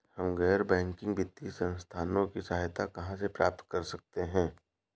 हम गैर बैंकिंग वित्तीय संस्थानों की सहायता कहाँ से प्राप्त कर सकते हैं?